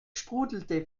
sprudelte